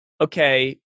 okay